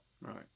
right